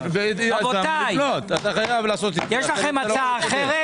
יש לכם הצעה אחרת?